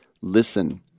Listen